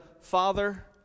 father